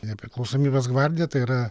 nepriklausomybės gvardija tai yra